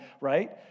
right